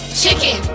chicken